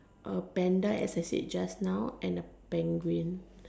a panda as I said just now and a penguin